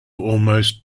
almost